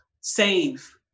save